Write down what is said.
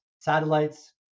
satellites